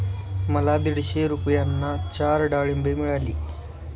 मला दीडशे रुपयांना चार डाळींबे मिळाली